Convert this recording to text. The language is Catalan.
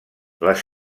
les